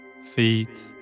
feet